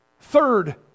third